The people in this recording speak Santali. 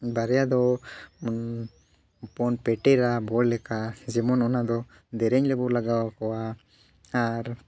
ᱵᱟᱨᱭᱟ ᱫᱚ ᱦᱚᱯᱚᱱ ᱯᱮᱴᱮᱨᱟ ᱵᱚᱞ ᱞᱮᱠᱟ ᱡᱮᱢᱚᱱ ᱚᱱᱟ ᱫᱚ ᱫᱮᱹᱨᱮᱹᱧ ᱨᱮᱵᱚ ᱞᱟᱜᱟᱣ ᱠᱚᱣᱟ ᱟᱨ